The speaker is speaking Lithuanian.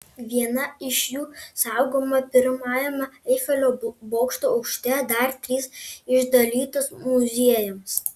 viena iš jų saugoma pirmajame eifelio bokšto aukšte dar trys išdalytos muziejams